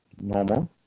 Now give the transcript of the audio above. normal